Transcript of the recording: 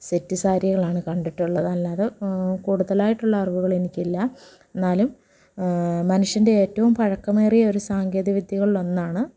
set സാരികളാണ് കണ്ടിട്ടുള്ളത് അല്ലാതെ കൂടുതലായിട്ടുള്ള അറിവുകൾ എനിക്കില്ല എന്നാലും മനുഷ്യൻ്റെ ഏറ്റവും പഴക്കമേറിയ ഒരു സാങ്കേതിക വിദ്യകളിൽ ഒന്നാണ്